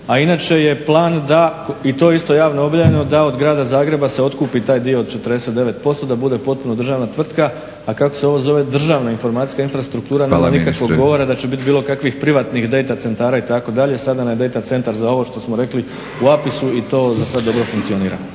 A inače je plan da, i to je isto javno objavljeno, da od Grada Zagreba se otkupi taj dio od 49% da bude potpuno državna tvrtka, a kako se ovo zove, državna informacijska infrastruktura, nama …/Upadica Batinić: Hvala ministre./… odgovara da bit bilo kakvih privatnih DATA centara itd. sada nam je DANA centar za ovo što smo rekli u APIS-u i to za sad dobro funkcionira.